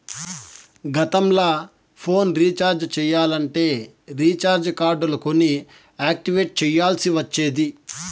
గతంల phone recharge చెయ్యాలంటే recharge కార్డులు కొని యాక్టివేట్ చెయ్యాల్ల్సి ఒచ్చేది